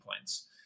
points